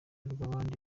rw’abandi